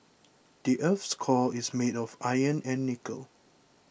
the earth's core is made of iron and nickel